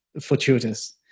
fortuitous